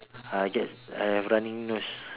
I get I have running nose